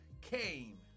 came